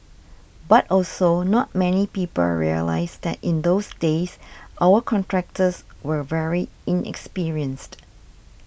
but also not many people realise that in those days our contractors were very inexperienced